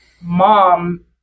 mom